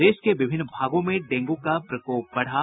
प्रदेश के विभिन्न भागों में डेंगू का प्रकोप बढ़ा